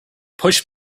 pushed